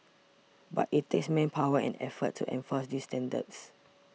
but it takes manpower and effort to enforce these standards